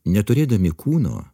neturėdami kūno